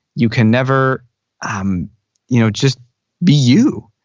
you can never um you know just be you.